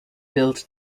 built